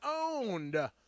owned